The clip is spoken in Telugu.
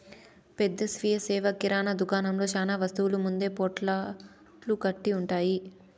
పెద్ద స్వీయ సేవ కిరణా దుకాణంలో చానా వస్తువులు ముందే పొట్లాలు కట్టి ఉంటాయి